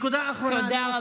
לא, לא, לא.